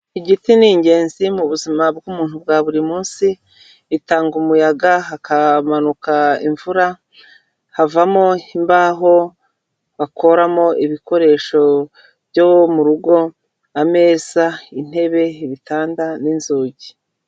Igiti ni ingenzi mu buzima bw'umuntu bwa buri munsi, itanga umuyaga hakamanuka imvura, havamo imbaho bakoramo ibikoresho byo mu rugo, ameza, intebe, ibitanda n'inzugi.